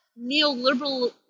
neoliberal